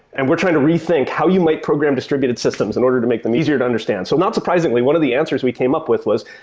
and we're trying to rethink how you might program distributed systems in order to make them easier to understand. so not surprisingly, one of the answers we came up with was,